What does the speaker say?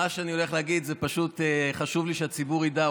מה שאני הולך להגיד זה שפשוט חשוב לי שהציבור ידע,